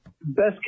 Best